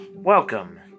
Welcome